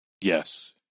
Yes